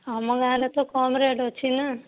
ଆମ ଗାଆଁରେ ତ କମ୍ ରେଟ୍ ଅଛି ନା